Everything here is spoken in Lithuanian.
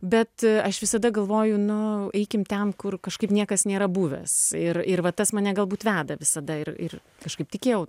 bet aš visada galvoju nu eikim ten kur kažkaip niekas nėra buvęs ir ir va tas mane galbūt veda visada ir ir kažkaip tikėjau